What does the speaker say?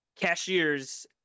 cashiers